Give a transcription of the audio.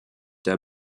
der